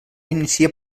inicia